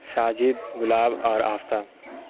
ساجد گلاب اور آفتاب